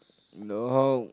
no